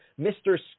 Mr